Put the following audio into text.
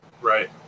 Right